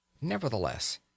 Nevertheless